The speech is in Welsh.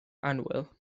annwyl